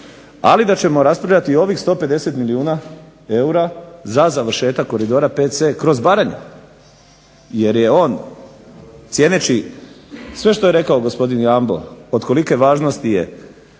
ali da ćemo raspravljati o ovih 150 milijuna eura za završetak koridora VC kroz Baranju jer je on cijeneći sve što je rekao gospodin Jambo od kolike važnosti je